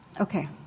Okay